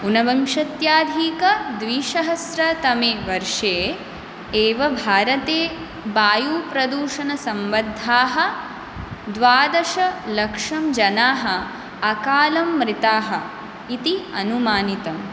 ऊनविंशत्याधिक द्विसहस्रतमे वर्षे एव भारते वायुप्रदूषणसम्बद्धाः द्वादशलक्षं जनाः अकालं मृताः इति अनुमानितं